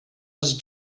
els